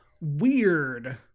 weird